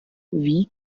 wie